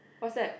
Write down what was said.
what's that